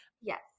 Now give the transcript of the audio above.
Yes